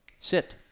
Sit